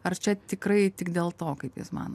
ar čia tikrai tik dėl to kaip jūs manot